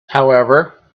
however